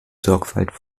sorgfalt